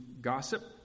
gossip